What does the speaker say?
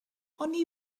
oni